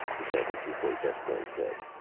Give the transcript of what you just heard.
the san francisco desk man said,